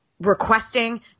requesting